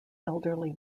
elderly